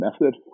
method